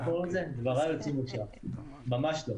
ממש לא.